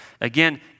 Again